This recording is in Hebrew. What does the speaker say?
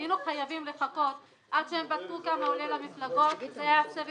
היינו חייבים לחכות עד שהם בדקו כמה עולה למפלגות והיה סבב